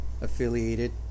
affiliated